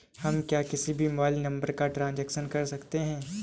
क्या हम किसी भी मोबाइल नंबर का ट्रांजेक्शन कर सकते हैं?